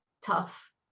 tough